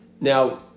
now